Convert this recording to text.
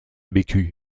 bécu